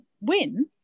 win